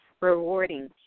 rewarding